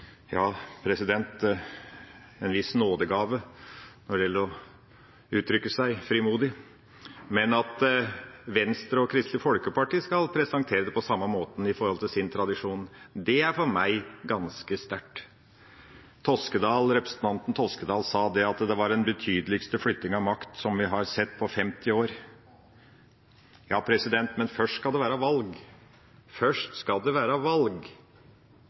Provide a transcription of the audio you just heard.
gjelder å uttrykke seg frimodig, men at Venstre og Kristelig Folkeparti skal presentere det på samme måten i forhold til sin tradisjon, er for meg ganske sterkt. Representanten Toskedal sa at det var den betydeligste flyttingen av makt som vi har sett på 50 år. Ja, men først skal det være valg. Først skal det være valg,